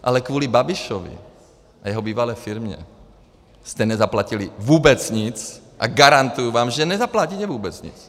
Ale kvůli Babišovi a jeho bývalé firmě jste nezaplatili vůbec nic a garantuji vám, že nezaplatíte vůbec nic.